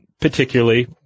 particularly